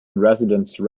residence